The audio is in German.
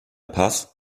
paz